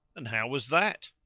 and how was that?